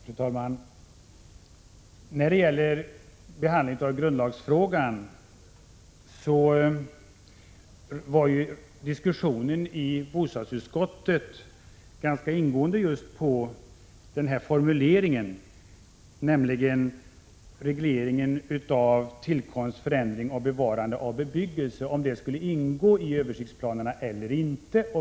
Fru talman! När det gäller behandlingen av grundlagsfrågan, så fördes det en ganska omfattande diskussion i bostadsutskottet om just formuleringen beträffande regleringen av ”tillkomst, förändring och bevarande av bebyggelse”. Vi diskuterade huruvida detta skulle ingå i översiktsplanerna eller inte.